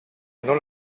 non